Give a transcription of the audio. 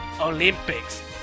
Olympics